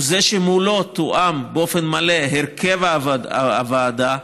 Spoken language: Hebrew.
הוא שמולו תואם באופן מלא הרכב הוועדה,